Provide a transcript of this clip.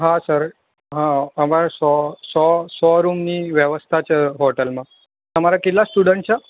હા સર હા અમારે સો સો સો રૂમની વ્યવસ્થા છે હોટલમાં તમારે કેટલા સ્ટુડન્ટ છે